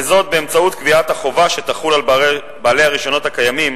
וזאת באמצעות קביעת החובה שתחול על בעלי הרשיונות הקיימים